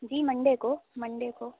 جی Monday کو Monday کو